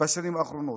בשנים האחרונות?